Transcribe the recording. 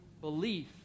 belief